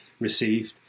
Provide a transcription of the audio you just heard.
received